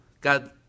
God